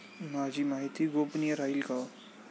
माझी माहिती गोपनीय राहील का?